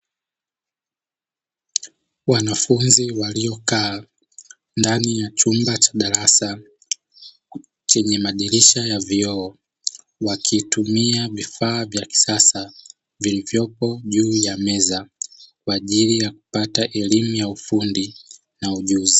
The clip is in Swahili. Wanafunzi waliokaa ndani ya chumba cha darasa, chenye madirisha ya vioo, wakitumia vifaa vya kisasa , vilivyopo juu ya meza kwaajili ya kupata elimu ya ufundi na ujuzi.